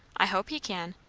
i hope he can.